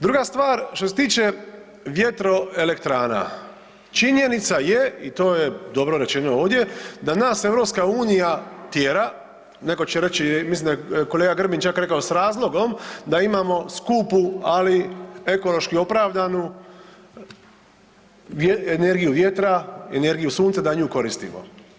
Druga stvar što se tiče vjetroelektrana, činjenica je i to je dobro rečeno ovdje da nas EU tjera, netko će reći, mislim da je kolega Grbin čak rekao s razlogom, da imamo skupu ali ekološki opravdanu energiju vjetra, energiju sunca da nju koristimo.